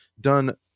done